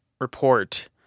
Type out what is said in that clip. report